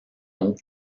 eau